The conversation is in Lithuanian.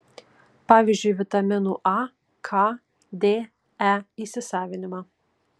pavyzdžiui vitaminų a k d e įsisavinimą